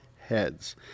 heads